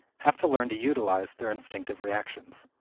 have to learn to utilize their instinctive reactions.